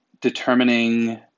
determining